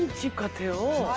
to cook. you